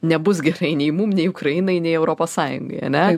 nebus gerai nei mum nei ukrainai nei europos sąjungai ane